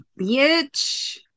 bitch